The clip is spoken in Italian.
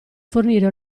fornire